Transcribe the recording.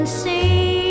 see